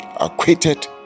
acquitted